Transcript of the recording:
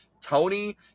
Tony